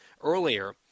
earlier